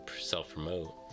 self-promote